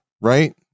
right